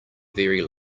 very